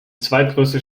zweitgrößte